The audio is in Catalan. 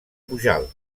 pujalt